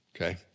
okay